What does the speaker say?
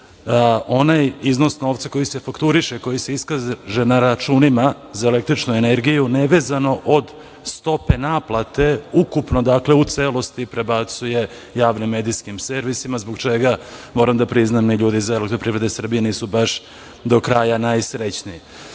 onaj iznos novca koji se fakturiše, koji se iskaže na računima za električnu energiju, nevezano od stope naplate ukupno, dakle, u celosti prebacuje javnim medijskim servisima, zbog čega, moram da priznam, ni ljudi iz Elektroprivrede Srbije nisu baš do kraja najsrećniji. Druga